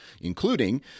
including